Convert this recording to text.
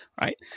right